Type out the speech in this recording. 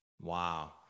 Wow